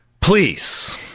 please